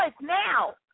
now